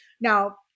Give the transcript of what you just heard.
Now